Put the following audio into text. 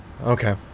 Okay